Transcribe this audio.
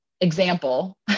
example